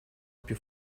più